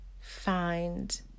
find